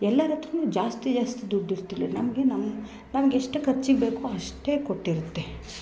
ಎಲ್ಲರತ್ರನು ಜಾಸ್ತಿ ಜಾಸ್ತಿ ದುಡ್ಡು ಇರ್ತಿರ್ಲಿಲ್ಲ ನಮಗೆ ನಮ್ಮ ನಮ್ಗೆ ಎಷ್ಟು ಖರ್ಚಿಗ್ ಬೇಕೋ ಅಷ್ಟೇ ಕೊಟ್ಟಿರುತ್ತೆ